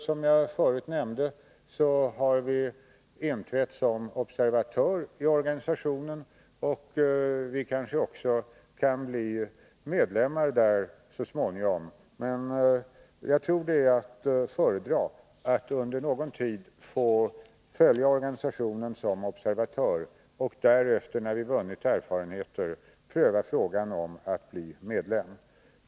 Som jag förut nämnde har vi inträtt som observatör i organisationen. Vi kanske också kan bli medlem så småningom. Men jag tror att det är att föredra att vi under någon tid följer organisationen som observatör och därefter, när vi har vunnit erfarenheter, prövar frågan om att bli medlem.